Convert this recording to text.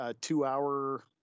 two-hour